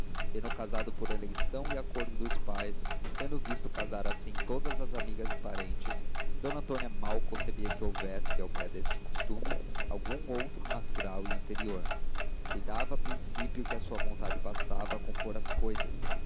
tendo casado por eleição e acordo dos pais tendo visto casar assim todas as amigas e parentas d antônia mal concebia que houvesse ao pé deste costume algum outro natural e anterior cuidava a princípio que a sua vontade bastava a compor as cousas